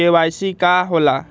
KYC का होला?